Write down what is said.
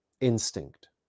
instinct